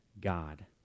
God